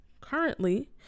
currently